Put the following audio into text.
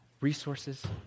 resources